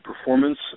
performance